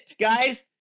guys